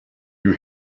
you